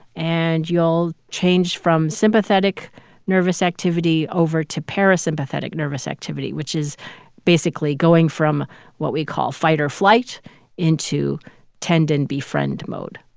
and you'll change from sympathetic nervous activity over to parasympathetic nervous activity, which is basically going from what we call fight or flight into tend and befriend mode.